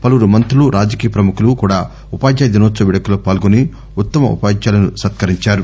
పలువురు మంతులు రాజకీయ ప్రముఖులు కూడా ఉపాధ్యాయ దినోత్సవ వేడుకల్లో పాల్గొని ఉత్తమ ఉపాధ్యాయులను సత్కరించారు